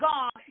God